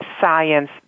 science